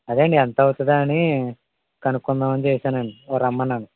అదే అండి ఎంత అవుతుందా అని కనుక్కుందామని చేసానండి రమ్మన్నాను